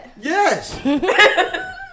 Yes